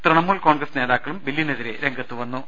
തൃണമൂൽ കോൺഗ്രസ് നേതാക്കളും ബില്ലിനെതിരെ രംഗത്ത് വന്നു